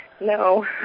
No